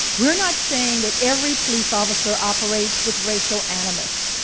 we're not saying that every police officer operates with racial animus.